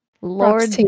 lord